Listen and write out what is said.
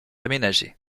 aménagée